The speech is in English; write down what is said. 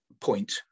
point